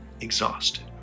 exhausted